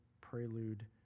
prelude